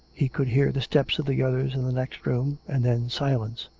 he could hear the steps of the others in the next room and then silence.